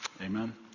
Amen